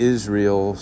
Israel